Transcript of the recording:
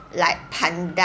like pandan